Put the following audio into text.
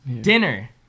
Dinner